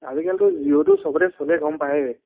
আজিকালতো জিঅ'টো চবতে চলেই গম পায়ই